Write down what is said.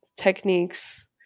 techniques